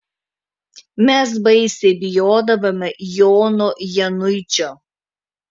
mes baisiai bijodavome jono januičio